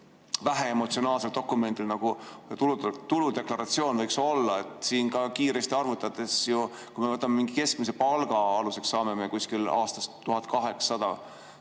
väheemotsionaalsel dokumendil nagu tuludeklaratsioon võiks olla? Siin ka kiiresti arvutades, kui me võtame keskmise palga aluseks, saame aastas